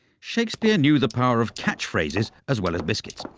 shakespeare knew the power of catchphrases as well as biscuits,